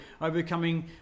overcoming